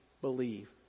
believe